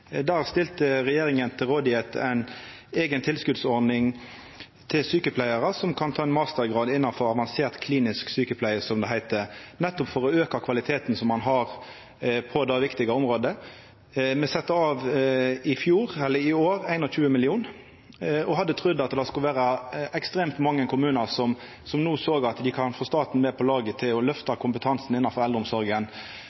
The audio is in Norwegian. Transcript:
Der stilte regjeringa til rådvelde ei eiga tilskotsordning for sjukepleiarar for å ta ein mastergrad innanfor avansert klinisk sjukepleie, som det heiter, nettopp for å auka kvaliteten på det riktige området. Me sette i år av 21 mill. kr og hadde trudd at det skulle vera ekstremt mange kommunar som no såg at dei kunne få staten med på laget for å løfta